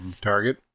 Target